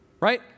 Right